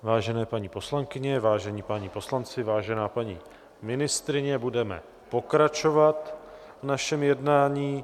Vážené paní poslankyně, vážení páni poslanci, vážená paní ministryně, budeme pokračovat v našem jednání.